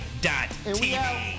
TV